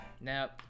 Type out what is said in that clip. Nope